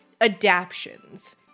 adaptions